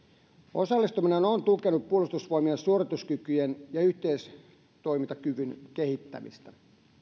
osallistuminen on tukenut puolustusvoimien suorituskykyjen ja yhteistoimintakyvyn kehittämistä